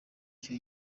icyo